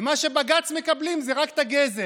ומה שבג"ץ מקבל זה רק את הגזר.